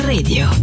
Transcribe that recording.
Radio